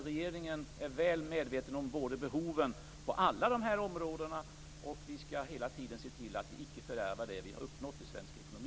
Regeringen är väl medveten om behoven på alla de här områdena, och vi skall hela tiden se till att vi icke fördärvar det vi har uppnått i svensk ekonomi.